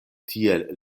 tiel